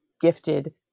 gifted